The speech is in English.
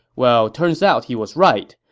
well, turns out he was right.